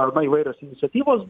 arba įvairios iniciatyvos